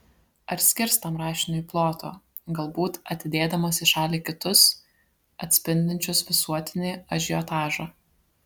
ar skirs tam rašiniui ploto galbūt atidėdamas į šalį kitus atspindinčius visuotinį ažiotažą